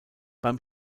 beim